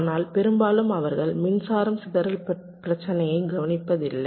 ஆனால் பெரும்பாலும் அவர்கள் மின்சாரம் சிதறல் பிரச்சனையை கவனிப்பதில்லை